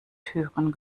türen